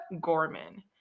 Gorman